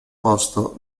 posto